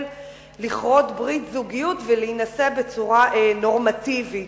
לכרות ברית זוגיות ולהינשא בצורה נורמטיבית.